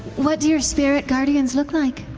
what do your spirit guardians look like?